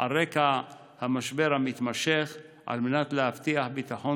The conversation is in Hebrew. על רקע המשבר המתמשך על מנת להבטיח ביטחון